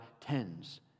tens